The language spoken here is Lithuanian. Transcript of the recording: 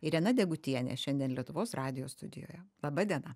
irena degutienė šiandien lietuvos radijo studijoje laba diena